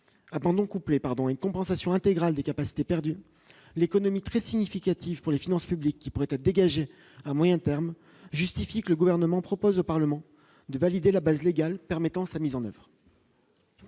abandon couplé pardon une compensation intégrale des capacités perdues l'économie très significatif pour les finances publiques qui pourraient être dégagées à moyen terme, justifie que le gouvernement propose au Parlement de valider la base légale permettant sa mise en oeuvre.